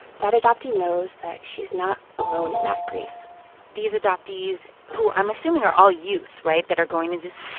that adoptee knows that she's not alone in that grief these adoptees, who, i'm assuming are all youth, right, that are going to this